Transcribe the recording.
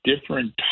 different